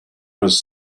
was